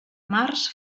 març